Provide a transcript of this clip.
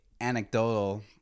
anecdotal